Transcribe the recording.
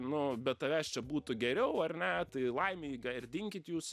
nu be tavęs čia būtų geriau ar ne tai laimei ir dinkit jūs